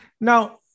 Now